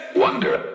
Wonder